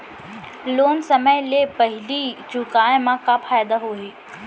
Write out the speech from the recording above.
Loan समय ले पहिली चुकाए मा का फायदा होही?